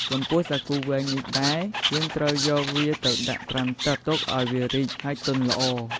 ចំពោះ សាគូវែងនេះដែរ យើងត្រូវយកវាទៅដាក់ត្រាំទឹកទុកអោយវារីក ហើយទន់ល្អ។